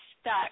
stuck